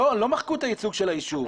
לא מחקו את הייצוג של היישוב,